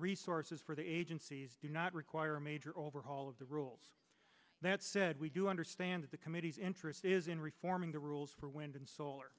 resources for the agencies do not require a major overhaul of the rules that said we do understand the committee's interest is in reforming the rules for wind and solar